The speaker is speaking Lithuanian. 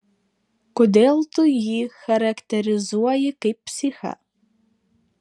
kodėl tu jį charakterizuoji kaip psichą